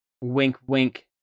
wink-wink